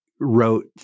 wrote